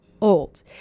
old